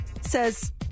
says